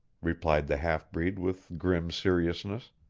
replied the half-breed with grim seriousness.